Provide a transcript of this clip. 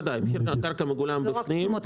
בוודאי, מחיר הקרקע מגולם בפנים.